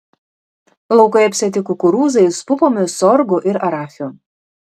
laukai apsėti kukurūzais pupomis sorgu ir arachiu